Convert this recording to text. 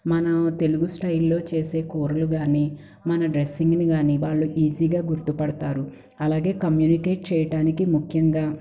మన తెలుగు స్టైల్లో చేసే కూరలు కాని మన డ్రెస్సింగ్ని కాని వాళ్ళు ఈజీగా గుర్తుపడుతారు అలాగే కమ్యూనికేట్ చేయటానికి ముఖ్యంగా